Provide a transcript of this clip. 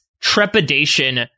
trepidation